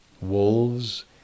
wolves